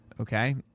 Okay